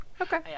Okay